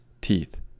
teeth